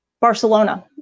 Barcelona